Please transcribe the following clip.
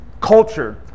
culture